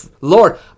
Lord